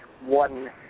one